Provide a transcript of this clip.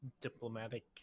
diplomatic